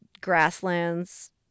grasslands